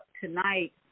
tonight